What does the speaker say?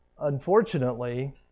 unfortunately